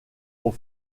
aux